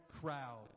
crowd